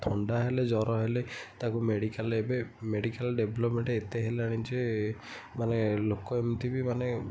ଥଣ୍ଡା ହେଲେ ଜର ହେଲେ ତାକୁ ମେଡ଼ିକାଲ୍ ଏବେ ମେଡ଼ିକାଲ୍ ଡେଭଲପ୍ମେଣ୍ଟ ଏତେ ହେଲାଣି ଯେ ମାନେ ଲୋକ ଏମିତି ବି ମାନେ